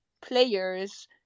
players